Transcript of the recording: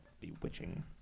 Bewitching